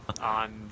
on